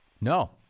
No